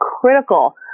critical